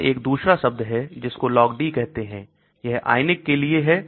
यहां एक दूसरा शब्द है जिसको LogD कहते हैं यह आयनिक के लिए है